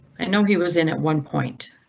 i know he was in at one point.